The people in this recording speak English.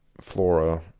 flora